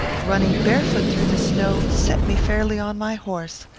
running barefoot through the snow, set me fairly on my horse.